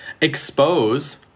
expose